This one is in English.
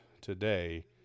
today